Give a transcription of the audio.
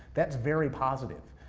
that's very positive.